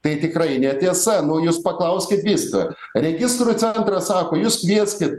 tai tikrai netiesa nu jūs paklauskit vystytojo registrų centras sako jūs kvieskit